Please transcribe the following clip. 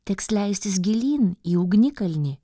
teks leistis gilyn į ugnikalnį